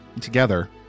together